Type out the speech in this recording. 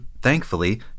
thankfully